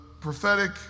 prophetic